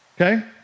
Okay